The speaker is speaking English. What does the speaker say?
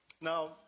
Now